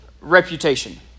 reputation